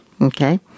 Okay